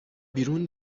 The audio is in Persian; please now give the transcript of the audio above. بیرون